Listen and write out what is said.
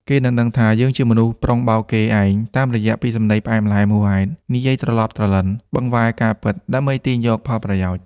គេនឹងដឹងថា យើងជាមនុស្សប្រុងបោកគេឯង តាមរយះពាក្យសម្ដីផ្អែមល្ហែមហួសហេតុ និយាយត្រឡប់ត្រលិន ឬបង្វែរការពិតដើម្បីទាញយកផលប្រយោជន៍។